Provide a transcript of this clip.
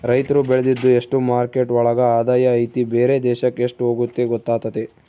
ರೈತ್ರು ಬೆಳ್ದಿದ್ದು ಎಷ್ಟು ಮಾರ್ಕೆಟ್ ಒಳಗ ಆದಾಯ ಐತಿ ಬೇರೆ ದೇಶಕ್ ಎಷ್ಟ್ ಹೋಗುತ್ತೆ ಗೊತ್ತಾತತೆ